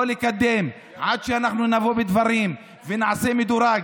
לקדם עד שאנחנו נבוא בדברים ונעשה מדורג.